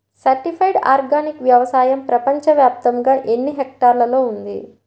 Certified organic వ్యవసాయం ప్రపంచ వ్యాప్తముగా ఎన్నిహెక్టర్లలో ఉంది?